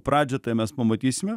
pradžią tai mes pamatysime